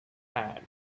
hand